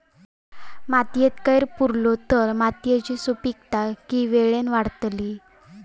मातयेत कैर पुरलो तर मातयेची सुपीकता की वेळेन वाडतली?